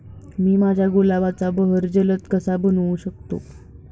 मी माझ्या गुलाबाचा बहर जलद कसा बनवू शकतो?